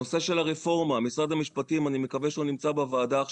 הנושא של הרפורמה אני מקווה שמשרד המשפטים נמצא עכשיו בוועדה